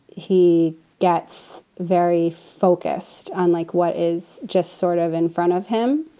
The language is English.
he gets very focused on like what is just sort of in front of him.